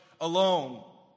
alone